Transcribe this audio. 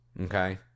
Okay